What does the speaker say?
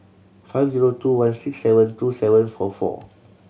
five zero two one six seven two seven four four